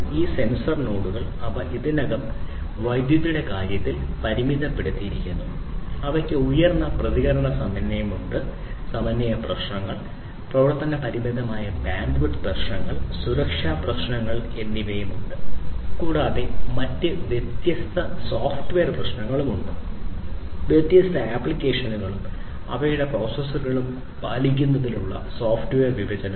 ഈ സെൻസർ നോഡുകൾ അവ ഇതിനകം തന്നെ വൈദ്യുതിയുടെ കാര്യത്തിൽ പരിമിതപ്പെടുത്തിയിരിക്കുന്നു അവയ്ക്ക് ഉയർന്ന പ്രതികരണ സമയമുണ്ട് സമന്വയ പ്രശ്നങ്ങൾ പ്രവർത്തന പരിമിതമായ ബാൻഡ്വിഡ്ത്ത് പ്രശ്നങ്ങൾ സുരക്ഷാ പ്രശ്നങ്ങൾ എന്നിവയുണ്ട് കൂടാതെ മറ്റ് വ്യത്യസ്ത സോഫ്റ്റ്വെയർ പ്രശ്നങ്ങളും ഉണ്ട് വ്യത്യസ്ത ആപ്ലിക്കേഷനുകളും അവയുടെ വ്യത്യസ്ത പ്രോസസ്സറുകളും പാലിക്കുന്നതിനുള്ള സോഫ്റ്റ്വെയർ വിഭജനം